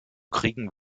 kriegen